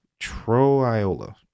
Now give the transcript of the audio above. troiola